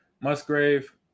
musgrave